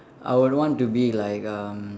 I would want to be like um